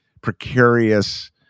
precarious